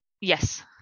yes